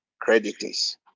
creditors